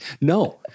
no